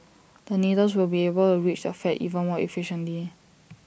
the needles will be able A reach the fat even more efficiently